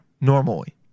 normally